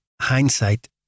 Hindsight